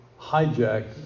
hijacked